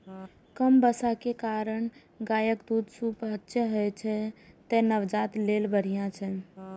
कम बसा के कारणें गायक दूध सुपाच्य होइ छै, तें नवजात लेल बढ़िया छै